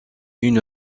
une